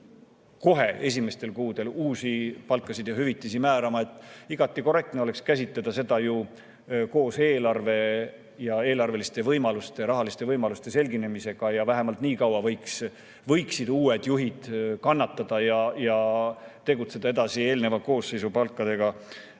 kohe esimestel kuudel uusi palkasid ja hüvitisi määrama. Igati korrektne oleks käsitleda seda koos eelarve ja eelarveliste võimaluste, rahaliste võimaluste selginemisega. Vähemalt nii kaua võiksid uued juhid kannatada ja tegutseda eelmise koosseisu palkadega,